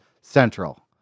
central